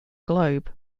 globe